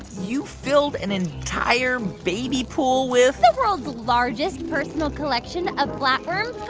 you filled an entire baby pool with. the world's largest personal collection of flatworms.